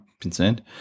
concerned